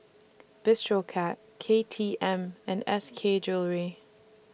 Bistro Cat K T M and S K Jewellery